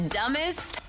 dumbest